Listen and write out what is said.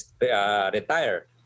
retire